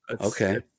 okay